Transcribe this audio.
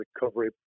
recovery